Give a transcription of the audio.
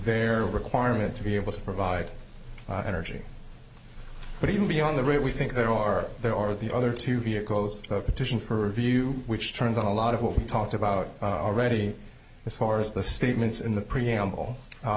their requirement to be able to provide energy but he will be on the right we think there are there are the other two vehicles petition for review which turns out a lot of what we talked about already as far as the statements in the preamble